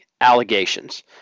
allegations